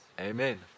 amen